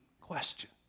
question